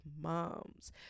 Moms